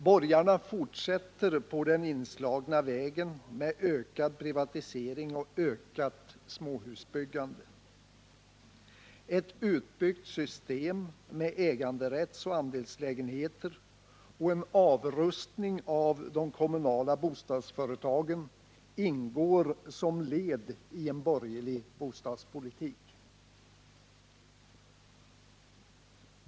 Borgarna fortsätter på den inslagna vägen med ökad privatisering och ökat småhusbyggande. Ett utbyggt system med äganderättsoch andelslägenheter och en avrustning av de kommunala bostadsföretagen ingår som led i en borgerlig bostadspolitik.